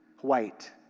white